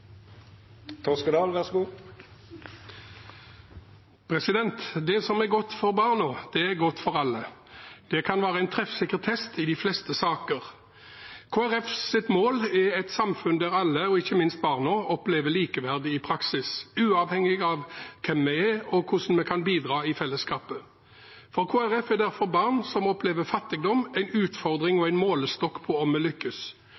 godt for barna, er godt for alle. Det kan være en treffsikker test i de fleste saker. Kristelig Folkepartis mål er et samfunn der alle, ikke minst barna, opplever likeverd i praksis, uavhengig av hvem vi er, og hvordan vi kan bidra i fellesskapet. For Kristelig Folkeparti er derfor barn som opplever fattigdom, en utfordring og en målestokk på om vi lykkes.